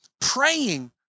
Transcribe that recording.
praying